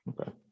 Okay